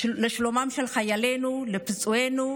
לשלומם של חיילינו, של פצועינו,